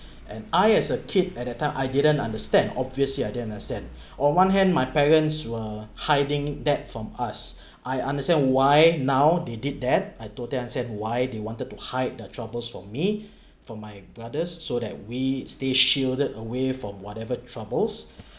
and I as a kid at that time I didn't understand obviously I didn't understand on one hand my parents were hiding that from us I understand why now they did that I told them I said why they wanted to hide the troubles from me from my brothers so that we stay shielded away from whatever troubles